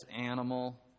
animal